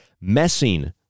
messing